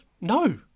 no